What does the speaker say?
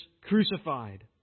crucified